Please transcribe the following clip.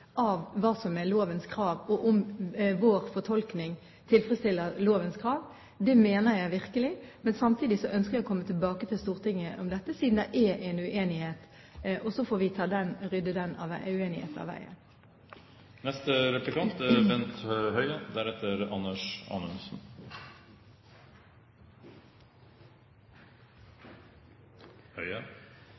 av hva som er lovens krav, og om vår fortolkning tilfredsstiller lovens krav. Det mener jeg virkelig. Men samtidig ønsker jeg å komme tilbake til Stortinget om dette, siden det er en uenighet. Så får vi rydde den uenigheten av